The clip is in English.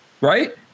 right